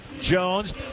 Jones